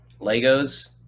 Legos